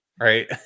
right